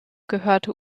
gehörte